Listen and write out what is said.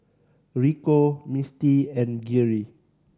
Rico Misti and Geary